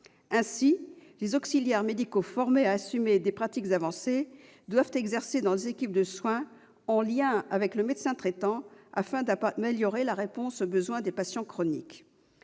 Ainsi, les auxiliaires médicaux formés à assumer des pratiques avancées doivent exercer dans des équipes de soins en lien avec le médecin traitant afin d'améliorer la réponse aux besoins des patients chroniques.